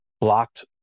blocked